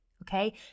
Okay